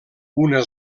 una